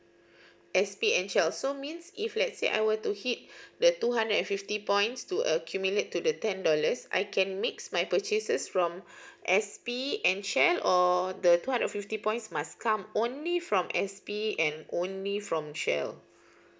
S_P and shell so means if let's say I were to hit the two hundred and fifty points to accumulate to the ten dollars I can makes my purchasers from S_P and shell or the two hundred and fifty points must come only from S_P and only from shell